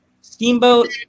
Steamboat